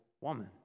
woman